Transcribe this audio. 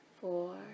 four